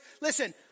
Listen